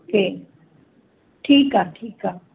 okay ठीकु आहे ठीकु आहे